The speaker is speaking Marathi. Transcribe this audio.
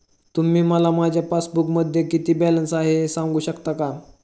तुम्ही मला माझ्या पासबूकमध्ये किती बॅलन्स आहे हे सांगू शकता का?